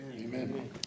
Amen